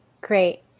great